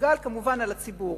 שיגולגלו כמובן על הציבור.